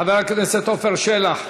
חבר הכנסת עפר שלח,